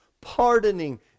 pardoning